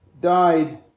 died